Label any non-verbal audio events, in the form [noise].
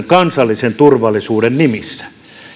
[unintelligible] kansallisen turvallisuuden nimissä